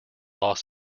los